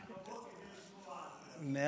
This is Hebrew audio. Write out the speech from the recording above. אנחנו פה כדי לשמוע, אדוני השר.